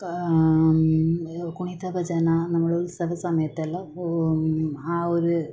ഗുണിതകജന നമ്മൾ ഉത്സവസമയത്തെല്ലാം ആ ഒരു